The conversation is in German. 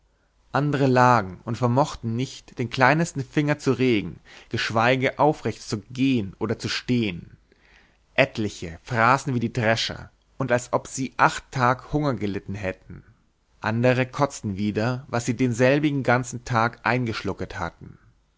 andere lagen und vermochten nicht den kleinesten finger zu regen geschweige aufrecht zu gehen oder zu stehen etliche fraßen wie die drescher und als ob sie acht tag hunger gelitten hätten andere kotzten wieder was sie denselbigen ganzen tag eingeschlucket hatten